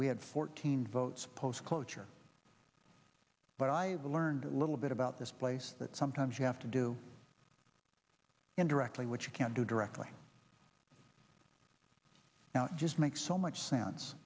we had fourteen votes post cloture but i learned a little bit about this place that sometimes you have to do indirectly what you can't do directly now it just makes so much sense